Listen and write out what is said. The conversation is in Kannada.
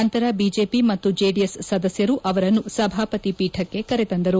ನಂತರ ಬಿಜೆಪಿ ಮತ್ತು ಜೆಡಿಎಸ್ ಸದಸ್ಯರು ಅವರನ್ನು ಸಭಾಪತಿ ಪೀಠಕ್ಕೆ ಕರೆ ತಂದರು